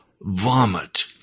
vomit